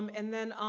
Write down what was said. um and then, um